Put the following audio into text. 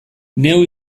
neu